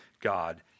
God